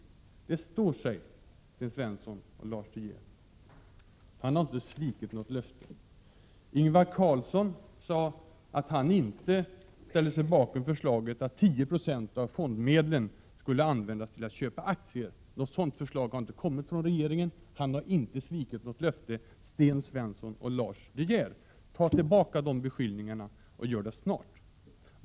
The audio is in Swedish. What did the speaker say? Det uttalandet står sig, Sten Svensson och Lars De Geer. Olof Palme har inte svikit något löfte. Ingvar Carlsson sade att han inte ställer sig bakom förslaget att 10 96 av fondmedlen skulle användas till att köpa aktier. Något sådant förslag har inte kommit från regeringen. Ingvar Carlsson har inte svikit något löfte, Sten Svensson och Lars De Geer. Ta tillbaka dessa beskyllningar, och gör det snart.